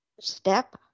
step